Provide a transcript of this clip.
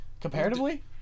Comparatively